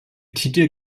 titel